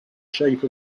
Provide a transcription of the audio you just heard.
shape